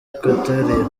equatoriale